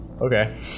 Okay